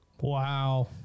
Wow